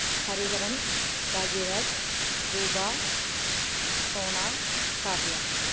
Hariharan Bhagyaraj Rupa Sona Kavya